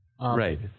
Right